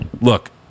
Look